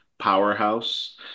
powerhouse